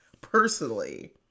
personally